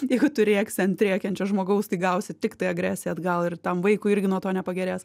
jeigu tu rėksi ant rėkiančio žmogaus gausi tiktai agresiją atgal ir tam vaikui irgi nuo to nepagerės